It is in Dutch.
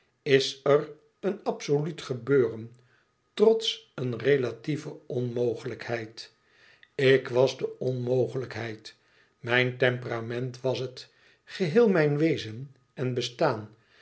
is er een absoluut gebeuren trots een relatieve onmogelijkheid ik was de onmogelijkheid mijn temperament was het geheel mijn wezen en bestaan